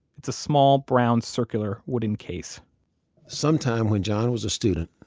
it's a small, brown, circular, wooden case sometime when john was a student